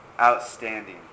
outstanding